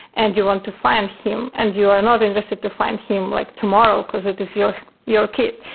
and you want to find him and you are not interested to find him like tomorrow, because it is your your kid.